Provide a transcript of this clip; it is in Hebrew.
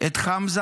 את חמזה